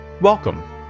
Welcome